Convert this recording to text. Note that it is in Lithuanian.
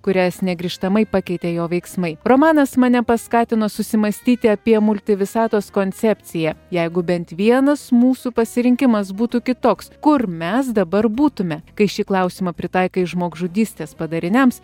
kurias negrįžtamai pakeitė jo veiksmai romanas mane paskatino susimąstyti apie multivisatos koncepciją jeigu bent vienas mūsų pasirinkimas būtų kitoks kur mes dabar būtume kai šį klausimą pritaikai žmogžudystės padariniams